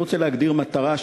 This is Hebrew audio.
אני רוצה להגדיר מטרה,